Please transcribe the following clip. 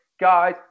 guys